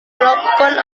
melakukan